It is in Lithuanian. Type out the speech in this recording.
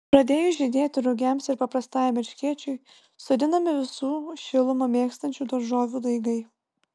pradėjus žydėti rugiams ir paprastajam erškėčiui sodinami visų šilumą mėgstančių daržovių daigai